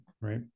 right